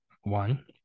one